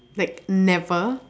like never